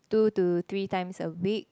two to three times a week